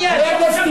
מייד,